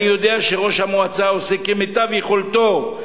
אני יודע שראש המועצה עושה כמיטב יכולתו.